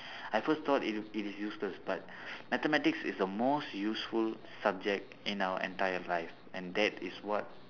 I first thought it it is useless but mathematics is the most useful subject in our entire life and that is what